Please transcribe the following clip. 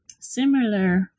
similar